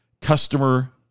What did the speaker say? customer